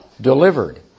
delivered